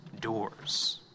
doors